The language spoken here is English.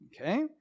okay